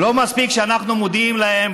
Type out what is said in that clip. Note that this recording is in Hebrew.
לא מספיק שאנחנו מודיעים להם,